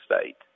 state